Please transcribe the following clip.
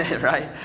right